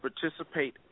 participate